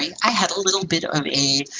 i had a little bit of a,